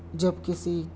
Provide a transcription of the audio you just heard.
جب کِسی